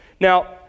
Now